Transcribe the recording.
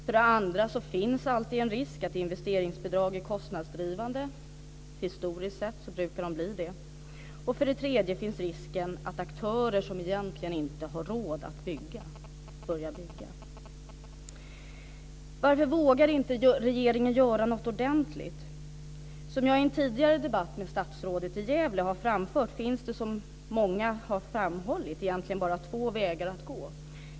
För det andra finns det alltid en risk att investeringsbidrag är kostnadsdrivande - historiskt sett brukar de bli det. För det tredje finns risken att aktörer som egentligen inte har råd att bygga börjar göra det. Varför vågar regeringen inte göra något ordentligt? Som jag i en tidigare debatt med statsrådet i Gävle har framfört finns det, som många har framhållit, egentligen bara två vägar att gå.